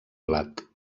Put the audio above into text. blat